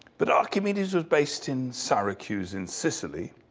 but archimedes was based in syracuse in sicily.